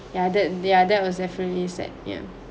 yeah that they are that was definitely sad ya